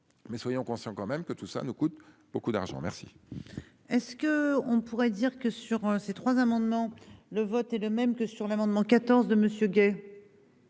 Mais soyons conscients quand même que tout ça nous coûte beaucoup d'argent. Merci. Est ce que on pourrait dire que sur ces trois amendements. Le vote est le même que sur l'amendement 14 de monsieur